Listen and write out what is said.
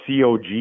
COG